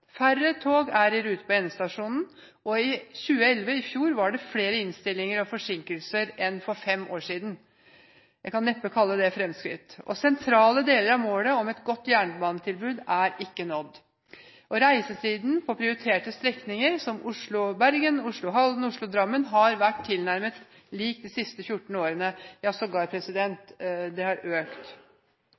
Færre tog er i rute på endestasjonen. I 2011 var det flere innstillinger og forsinkelser enn for fem år siden. En kan neppe kalle det fremskritt. Sentrale deler av målet om et godt jernbanetilbud er ikke nådd. Reisetiden på prioriterte strekninger som Oslo–Bergen, Oslo–Halden og Oslo–Drammen har vært tilnærmet lik de siste 14 årene, ja den har sågar økt. Bevilgningene har